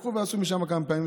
לקחו ועשו כמה פרויקטים,